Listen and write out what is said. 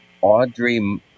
Audrey